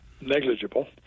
negligible